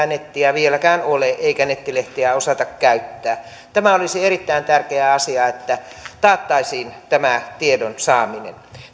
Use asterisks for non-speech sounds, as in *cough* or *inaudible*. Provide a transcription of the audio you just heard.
*unintelligible* nettiä vieläkään ole eikä nettilehtiä osata käyttää olisi erittäin tärkeä asia että taattaisiin tämä tiedon saaminen